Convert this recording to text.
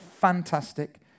Fantastic